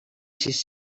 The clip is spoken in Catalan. sis